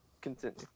continue